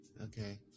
Okay